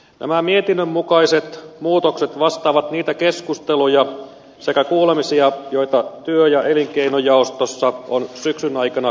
nämä mietinnön mukaiset muutokset vastaavat niitä keskusteluja sekä kuulemisia joita työ ja elinkeinojaostossa on syksyn aikana käyty